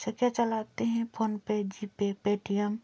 अच्छा क्या चलाते हैं फोनपे जीपे पेटीएम